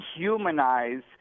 dehumanize